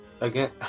again